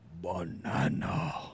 banana